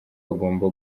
bagomba